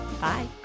Bye